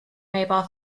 mobile